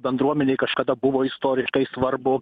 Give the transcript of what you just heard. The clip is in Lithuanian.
bendruomenei kažkada buvo istoriškai svarbu